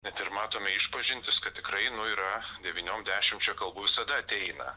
net ir matome išpažintis kad tikrai nu yra devyniom dešimčia kalbų visada ateina